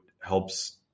helps